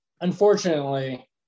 unfortunately